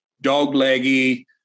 dog-leggy